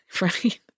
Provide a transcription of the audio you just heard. Right